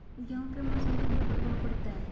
गेहूँ पे मौसम का क्या प्रभाव पड़ता है?